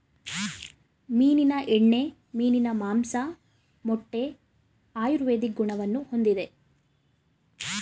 ಮೀನಿನ ಎಣ್ಣೆ, ಮೀನಿನ ಮಾಂಸ, ಮೊಟ್ಟೆ ಆಯುರ್ವೇದಿಕ್ ಗುಣವನ್ನು ಹೊಂದಿದೆ